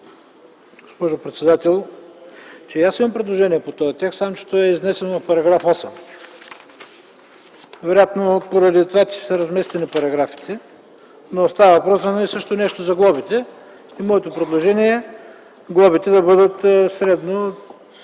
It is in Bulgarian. госпожо председател, че и аз имам предложение по този текст, само че то е изнесено в § 8, вероятно поради това, че са разместени параграфите, но става въпрос за едно и също нещо – за глобите. Моето предложение е глобите да бъдат два